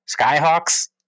skyhawks